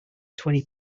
twenty